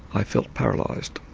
i felt paralysed,